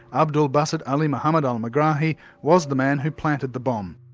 abdel basset ali-mohamed al-megrahi was the man who planted the bomb.